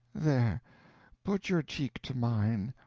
there put your cheek to mine.